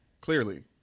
Clearly